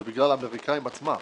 זה בגלל האמריקאים עצמם.